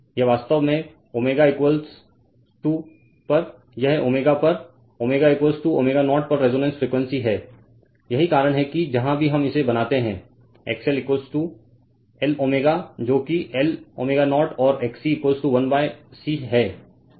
यह वास्तव में ω पर यह ω पर ω ω0 पर रेजोनेंस फ्रीक्वेंसी है यही कारण है कि जहाँ भी हम इसे बनाते हैं XL L ω जो कि L ω0 और XC 1 C है जो कि 1 ω0 c है